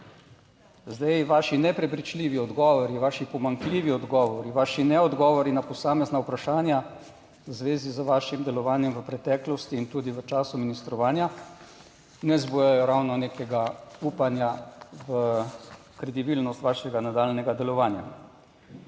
Vaši neprepričljivi odgovori, vaši pomanjkljivi odgovori, vaši ne odgovori na posamezna vprašanja v zvezi z vašim delovanjem v preteklosti in tudi v času ministrovanja ne vzbujajo ravno nekega upanja v kredibilnost vašega nadaljnjega delovanja.